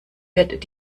wird